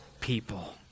people